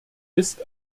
ist